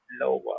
lower